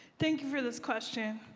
thank you for this question.